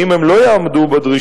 ואם הם לא יעמדו בדרישות,